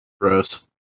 Gross